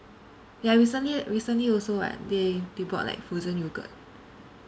ya recently recently also [what] they they bought like frozen yogurt